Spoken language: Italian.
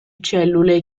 cellule